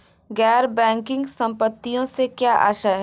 गैर बैंकिंग संपत्तियों से क्या आशय है?